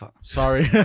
Sorry